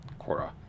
Korra